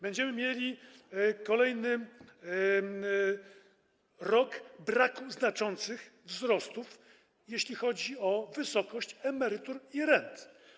Będziemy mieli kolejny rok braku znaczących wzrostów, jeśli chodzi o wysokość emerytur i rent.